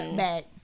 back